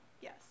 Yes